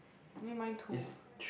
you mean mine too